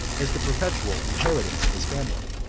as the perpetual inheritance of his family.